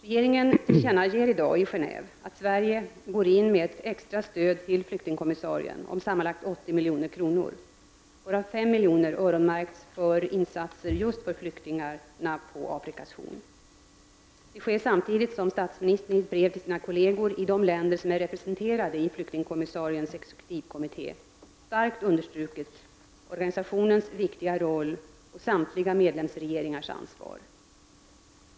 Regeringen tillkännager i dag i Geneve att Sverige går in med extra stöd till flyktingkommissarien om sammanlagt 80 milj.kr. varav 5 milj.kr. öronmärkts för insatser just för flyktingarna på Afrikas Horn. Detta sker samtidigt som statsministern i ett brev till sina kolleger i de länder som är respresenterade i flyktingkommissariens exekutivkommitté starkt understruktit organsationens viktiga roll och samtliga medlemsregeringars ansvar.